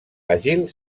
àgil